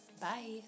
bye